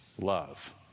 love